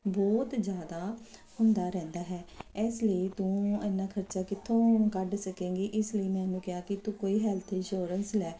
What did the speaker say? ਬਹੁਤ ਜ਼ਿਆਦਾ ਹੁੰਦਾ ਰਹਿੰਦਾ ਹੈ ਇਸ ਲਈ ਤੂੰ ਇੰਨਾ ਖਰਚਾ ਕਿੱਥੋਂ ਕੱਢ ਸਕੇਗੀ ਇਸ ਲਈ ਮੈਂ ਇਹਨੂੰ ਕਿਹਾ ਕਿ ਤੂੰ ਕੋਈ ਹੈਲਥ ਇੰਸ਼ੋਰੈਂਸ ਲੈ